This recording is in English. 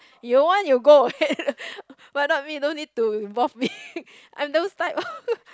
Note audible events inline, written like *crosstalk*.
you want you go ahead *laughs* but not me no need to involve me *laughs* I'm those type *laughs*